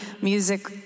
music